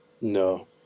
no